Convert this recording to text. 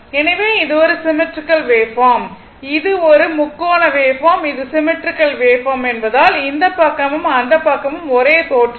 எனவே இது ஒரு சிம்மெட்ரிக்கல் வேவ்பார்ம் இது ஒரு முக்கோண வேவ்பார்ம் இது சிம்மெட்ரிக்கல் வேவ்பார்ம் என்பதால் இந்த பக்கமும் அந்த பக்கமும் ஒரே தோற்றம்